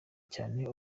cyane